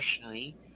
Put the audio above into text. personally